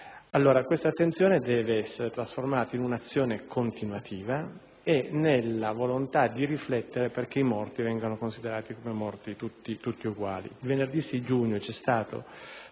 Allora, questa attenzione deve essere trasformata in un'azione continuativa e nella volontà di riflettere affinché i morti vengano considerati tutti uguali. Venerdì 6 giugno si è svolto